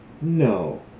No